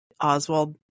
Oswald